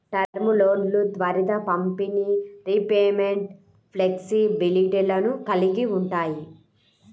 term లోన్లు త్వరిత పంపిణీ, రీపేమెంట్ ఫ్లెక్సిబిలిటీలను కలిగి ఉంటాయి